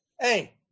Hey